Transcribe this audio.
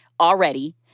already